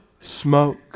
Smoke